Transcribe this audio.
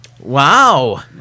Wow